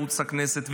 ערוץ הכנסת,